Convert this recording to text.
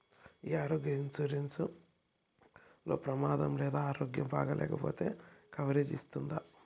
ఈ ఆరోగ్య ఇన్సూరెన్సు లో ప్రమాదం లేదా ఆరోగ్యం బాగాలేకపొతే కవరేజ్ ఇస్తుందా?